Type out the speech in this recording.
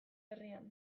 herrian